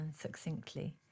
succinctly